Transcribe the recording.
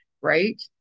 right